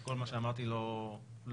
כל מה שאמרתי לא נכון.